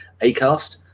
Acast